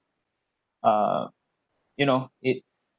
err you know it's